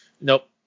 Nope